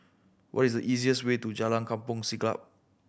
what is the easiest way to Jalan Kampong Siglap